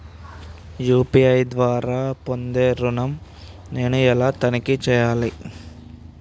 UPI ద్వారా పొందే ఋణం నేను ఎలా తనిఖీ చేయాలి?